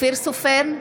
אופיר סופר,